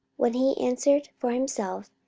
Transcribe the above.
while he answered for himself,